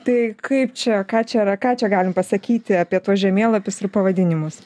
tai kaip čia ką čia ką čia galim pasakyti apie tuos žemėlapius ir pavadinimus